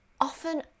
Often